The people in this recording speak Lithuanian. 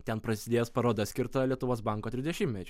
ten prasidės paroda skirta lietuvos banko trisdešimtmečiui